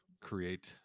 create